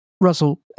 Russell